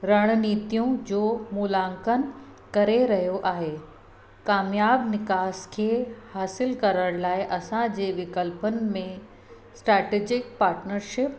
रणनीतियूं जो मूल्यांकन करे रहियो आहे कामियाबु निकास खे हासिल करण लाइ असांजे विकल्पनि में स्ट्रेटेजिक पार्टनरशिप